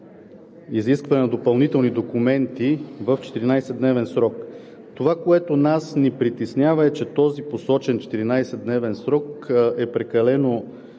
изискване на допълнителни документи в 14-дневен срок. Това, което нас ни притеснява, е, че посоченият 14-дневен срок е прекалено